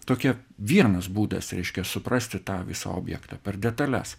tokie vienas būdas reiškia suprasti tą visą objektą per detales